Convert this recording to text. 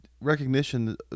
recognition